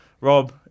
rob